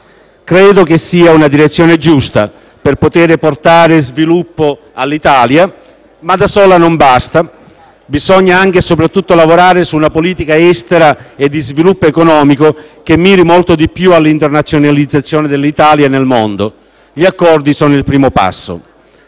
Credo che sia una direzione giusta per poter portare sviluppo all'Italia, ma da sola non basta. Infatti, bisogna lavorare - anche e soprattutto - su una politica estera e di sviluppo economico che miri molto di più all'internazionalizzazione dell'Italia nel mondo. Gli accordi sono il primo passo.